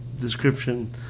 description